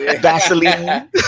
Vaseline